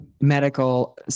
medical